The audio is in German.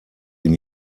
ihn